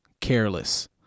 careless